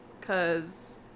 Cause